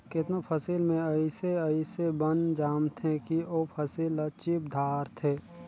केतनो फसिल में अइसे अइसे बन जामथें कि ओ फसिल ल चीप धारथे